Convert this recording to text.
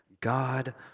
God